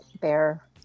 bear